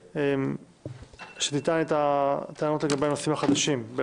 שיטען את הטענות לגבי הנושאים החדשים.